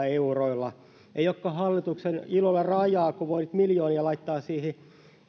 euroilla ei olekaan hallituksen ilolla rajaa kun voi miljoonia laittaa siihen